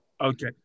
okay